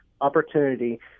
opportunity